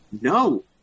no